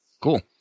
Cool